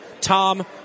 Tom